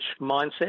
mindset